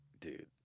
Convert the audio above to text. Dude